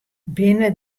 binne